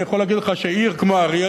אני יכול להגיד לך שעיר כמו אריאל,